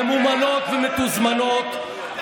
ממומנות ומתוזמנות.